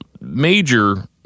major